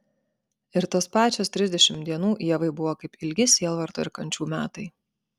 ir tos pačios trisdešimt dienų ievai buvo kaip ilgi sielvarto ir kančių metai